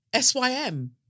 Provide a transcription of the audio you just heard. SYM